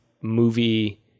movie